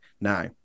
Now